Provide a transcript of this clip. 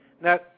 Now